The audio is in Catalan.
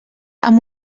amb